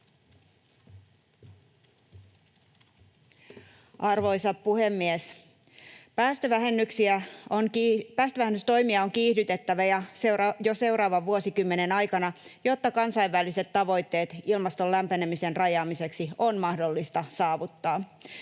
Arvoisa puhemies! ”Päästövähennystoimia on kiihdytettävä jo seuraavan vuosikymmenen aikana, jotta kansainväliset tavoitteet ilmaston lämpenemisen rajaamiseksi on mahdollista saavuttaa.”